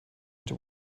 into